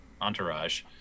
entourage